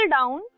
down